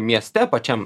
mieste pačiam